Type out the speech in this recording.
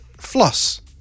Floss